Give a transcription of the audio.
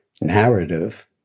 narrative